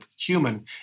human